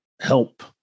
help